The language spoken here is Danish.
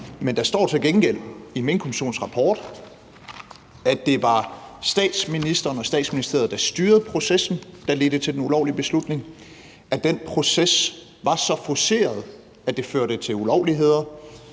Men der står til gengæld i Minkkommissionens rapport, at det var statsministeren og Statsministeriet, der styrede processen, som ledte til den ulovlige beslutning; at den proces var så forceret, at det førte til ulovligheder;